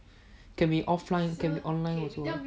can be offline can be online also